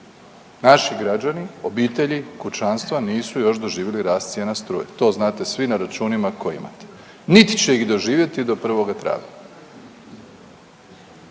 Naši građani, obitelji, kućanstva nisu još doživjeli rast cijena struje. To znate svi na računima koje imate niti će ih doživjeti do 1. travnja.